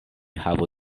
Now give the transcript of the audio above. havu